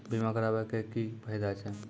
बीमा कराबै के की फायदा छै?